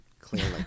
clearly